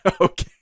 Okay